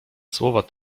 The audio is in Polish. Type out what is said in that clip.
słowa